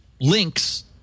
links